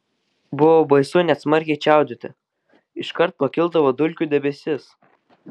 buvo baisu net smarkiai čiaudėti iškart pakildavo dulkių debesis